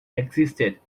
existed